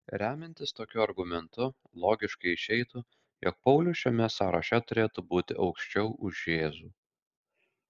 remiantis tokiu argumentu logiškai išeitų jog paulius šiame sąraše turėtų būti aukščiau už jėzų